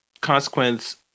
consequence